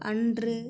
அன்று